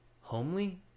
homely